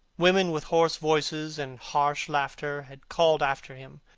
women with hoarse voices and harsh laughter had called after him.